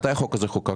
מתי החוק הזה חוקק?